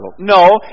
No